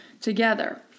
together